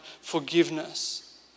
forgiveness